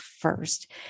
first